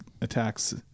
attacks